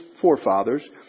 forefathers